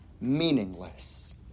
meaningless